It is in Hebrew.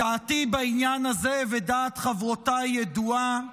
דעתי ודעת חברותיי בעניין הזה ידועה,